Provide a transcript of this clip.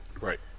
right